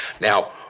Now